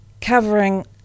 covering